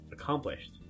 Accomplished